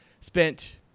Spent